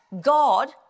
God